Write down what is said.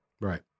Right